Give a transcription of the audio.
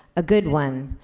a good one,